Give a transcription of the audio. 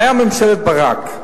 היתה ממשלת ברק.